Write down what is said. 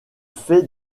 fait